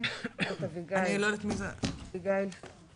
המרכזי הוא חוק ההגנה על הציבור מפני ביצוע עבירות מין,